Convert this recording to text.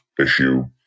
issue